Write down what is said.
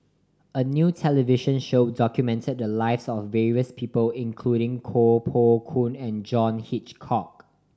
a new television show documented the lives of various people including Koh Poh Koon and John Hitchcock